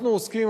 אנחנו עוסקים,